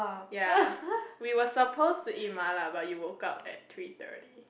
ya we were supposed to eat MaLa but you woke up at three thirty